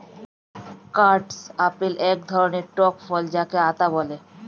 custard apple এক ধরণের টক ফল যাকে আতা বলে